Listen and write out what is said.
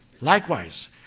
Likewise